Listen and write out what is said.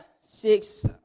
six